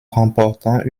remportant